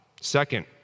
Second